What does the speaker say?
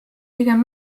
pigem